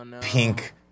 pink